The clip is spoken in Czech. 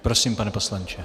Prosím, pane poslanče.